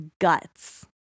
guts